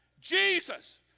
Jesus